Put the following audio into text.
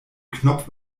knopf